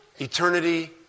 eternity